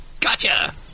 Gotcha